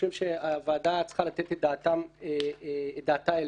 חושבים שהוועדה צריכה לתת את דעתה אליהן.